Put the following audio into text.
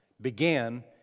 began